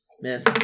Miss